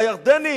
הירדנים